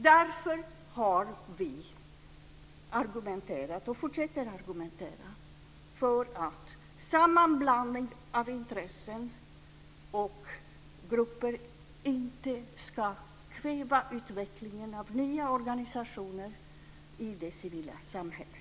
Därför har vi argumenterat och fortsätter att argumentera för att sammanblandning av intressen och grupper inte ska kväva utvecklingen av nya organisationer i det civila samhället.